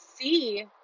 see